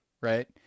right